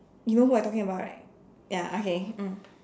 you know who I talking about right ya okay mm